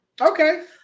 Okay